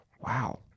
Wow